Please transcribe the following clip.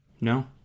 No